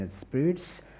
spirits